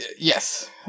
Yes